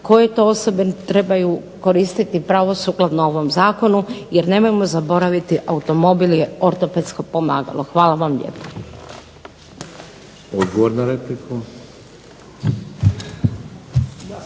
koje to osobe trebaju koristiti pravo sukladno ovom Zakonu. Jer nemojmo zaboraviti automobil je ortopedsko pomagalo. Hvala vam lijepo.